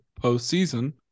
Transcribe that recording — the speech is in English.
postseason